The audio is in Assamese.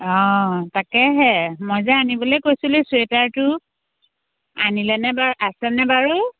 অঁ তাকেহে মই যে আনিবলৈ কৈছিলোঁ ছুৱেটাৰটো আনিলানে বাৰু আছেনে বাৰু